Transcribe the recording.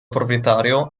proprietario